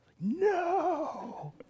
No